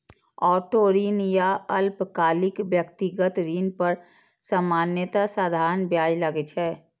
auto ऋण या अल्पकालिक व्यक्तिगत ऋण पर सामान्यतः साधारण ब्याज लागै छै